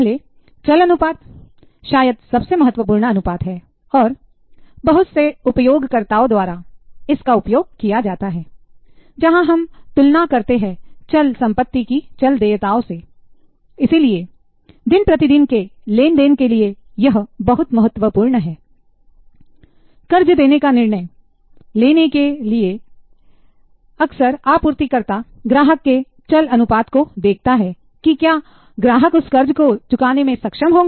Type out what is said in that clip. पहले चल अनुपात शायद सबसे महत्वपूर्ण अनुपात है और बहुत से उपयोगकर्ताओं द्वारा उपयोग किया जाता है जहां हम तुलना करते हैं चल संपत्ति की चल देयताओं से इसलिए दिन प्रतिदिन के लेन देन के लिए यह बहुत महत्वपूर्ण है कर्ज देने का निर्णय लेने के लिए अक्सर आपूर्तिकर्ता ग्राहक के चल अनुपात को देखता है कि क्या ग्राहक उस कर्ज को चुकाने में सक्षम होगा